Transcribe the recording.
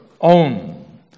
own